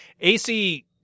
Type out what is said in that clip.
AC